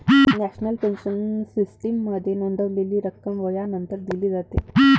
national pension सिस्टीममध्ये नोंदवलेली रक्कम वयानंतर दिली जाते